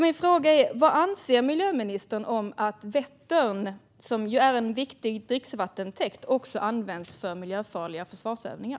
Min fråga är: Vad anser miljöministern om att Vättern, som ju är en viktig dricksvattentäkt, också används för miljöfarliga försvarsövningar?